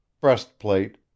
breastplate